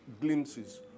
glimpses